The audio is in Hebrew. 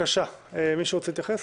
מישהו רוצה להתייחס?